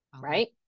Right